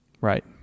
right